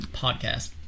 podcast